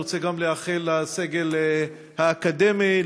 אני רוצה לאחל גם לסגל האקדמי,